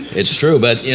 it's true, but yeah